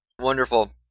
Wonderful